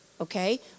Okay